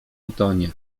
utonie